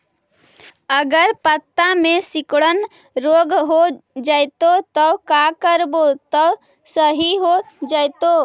अगर पत्ता में सिकुड़न रोग हो जैतै त का करबै त सहि हो जैतै?